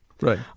Right